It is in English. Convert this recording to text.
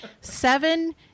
seven